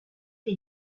que